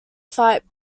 fight